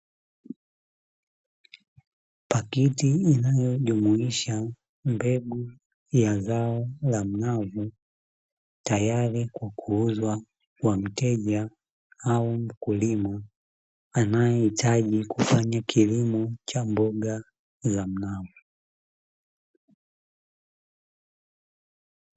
Pakiti inayojumuisha mbegu ya zao la mnavu tayari kwa kuuza kwa mteja au mkulima anayehitaji kufanya kilimo cha mboga za mnavu.